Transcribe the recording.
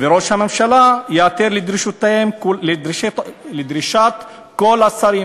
וראש הממשלה ייעתר לדרישות כל השרים